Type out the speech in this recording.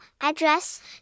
address